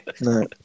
No